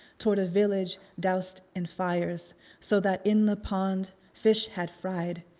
toward a village doused in fires so that in the pond fish had fried,